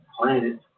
planet